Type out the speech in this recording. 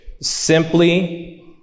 simply